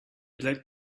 black